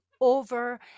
over